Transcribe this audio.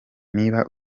niba